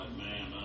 man